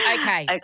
Okay